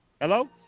Hello